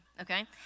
okay